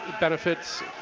Benefits